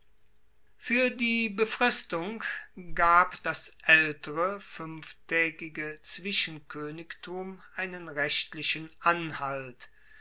fuer die befristung gab das aeltere fuenftaegige zwischenkoenigtum einen rechtlichen anhalt